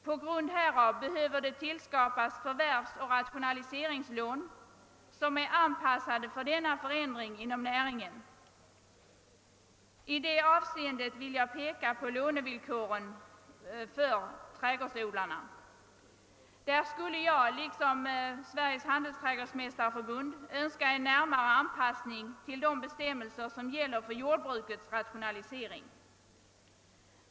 På grund härav behöver det tillskapas förvärvsoch rationaliseringslån som är avpassade för denna förändring inom näringen. Liksom Sveriges handelsträdgårdsmästareförbund anser jag att lånevillkoren för trädgårdsodlarna bör närmare anpassas till de bestämmelser som gäller för jordbrukets rationalisering.